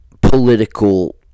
Political